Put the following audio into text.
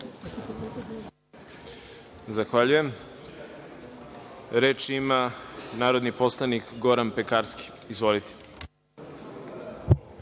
Zahvaljujem. Reč ima narodni poslanik Goran Pekarski. Izvolite.